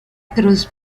cruz